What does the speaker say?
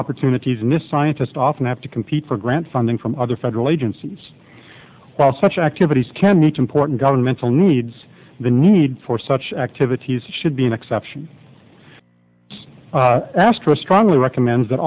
opportunities missed scientists often have to compete for grant funding from other federal agencies while such activities can meet important governmental needs the need for such activities should be an exception astra strongly recommends that